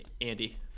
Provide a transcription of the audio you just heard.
Andy